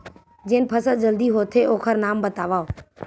जेन फसल जल्दी होथे ओखर नाम बतावव?